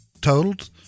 totaled